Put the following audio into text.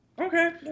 Okay